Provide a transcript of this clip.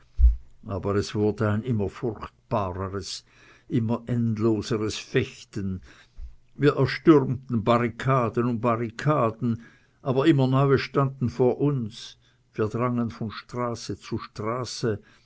aber es wurde ein immer furchtbareres ein immer endloseres fechten wir erstürmten barrikaden um barrikaden aber immer neue stunden vor uns wir drangen von straße zu straße